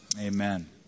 amen